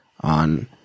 on